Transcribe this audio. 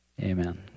Amen